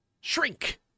Shrink